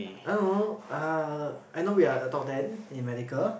I don't know uh I know we are the top ten in medical